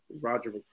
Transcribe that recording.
Roger